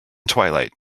twilight